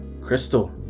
Crystal